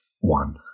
one